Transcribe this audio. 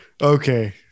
Okay